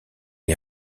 est